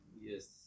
Yes